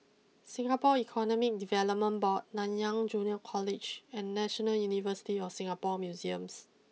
Singapore Economic Development Board Nanyang Junior College and National University of Singapore Museums